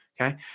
okay